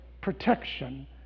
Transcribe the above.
protection